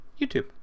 YouTube